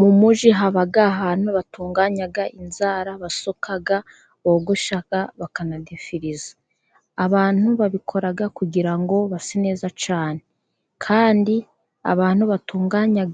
Mu mujyi haba ahantu batunganya inzara, basuka, bogosha, bakanadefiriza. Abantu babikora kugira ngo base neza cyane, kandi abantu batunganya